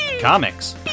comics